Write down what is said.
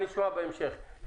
נשמע בהמשך.